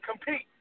compete